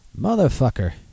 Motherfucker